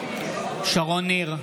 שרון ניר,